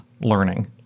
learning